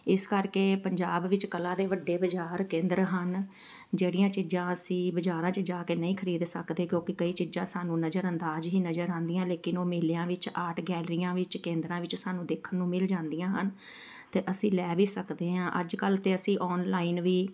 ਇਸ ਕਰਕੇ ਪੰਜਾਬ ਵਿੱਚ ਕਲਾ ਦੇ ਵੱਡੇ ਬਾਜ਼ਾਰ ਕੇਂਦਰ ਹਨ ਜਿਹੜੀਆਂ ਚੀਜ਼ਾਂ ਅਸੀਂ ਬਾਜ਼ਾਰਾਂ 'ਚ ਜਾ ਕੇ ਨਹੀਂ ਖ਼ਰੀਦ ਸਕਦੇ ਕਿਉਂਕਿ ਕਈ ਚੀਜ਼ਾਂ ਸਾਨੂੰ ਨਜ਼ਰ ਅੰਦਾਜ਼ ਹੀ ਨਜ਼ਰ ਆਉਂਦੀਆਂ ਲੇਕਿਨ ਉਹ ਮੇਲਿਆਂ ਵਿੱਚ ਆਰਟ ਗੈਲਰੀਆਂ ਵਿੱਚ ਕੇਂਦਰਾਂ ਵਿੱਚ ਸਾਨੂੰ ਦੇਖਣ ਨੂੰ ਮਿਲ ਜਾਂਦੀਆਂ ਹਨ ਅਤੇ ਅਸੀਂ ਲੈ ਵੀ ਸਕਦੇ ਹਾਂ ਅੱਜ ਕੱਲ੍ਹ ਤਾਂ ਅਸੀਂ ਔਨਲਾਈਨ ਵੀ